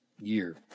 year